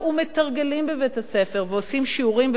בבית-הספר ועושים שיעורים בבית-הספר.